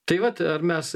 tai vat ar mes